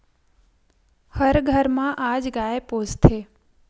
हर घर म आज गाय पोसथे